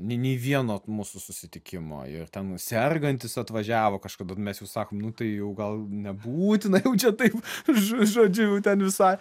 nei nei vieno vat mūsų susitikimo ir tam sergantis atvažiavo kažkada mes jau sakom nu tai jau gal nebūtina jau čia taip žodžiu jau ten visai